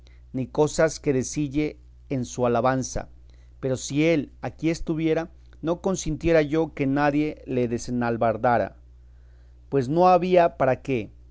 ni cosas que decille en su alabanza pero si él aquí estuviera no consintiera yo que nadie le desalbardara pues no había para qué